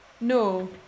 no